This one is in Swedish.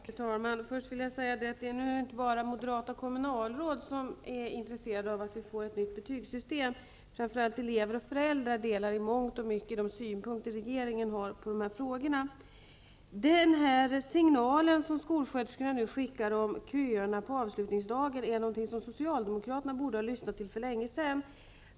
Fru talman! Först vill jag säga att det nog inte bara är moderata kommunalråd som är intresserade av ett nytt betygssystem. Framför allt föräldrar och elever delar i mångt och mycket de synpunkter som regeringen har på dessa frågor. Den signal som nu kommer från skolsköterskorna om köerna på avslutningsdagen är någonting som Socialdemokraterna borde ha lyssnat till för länge sedan.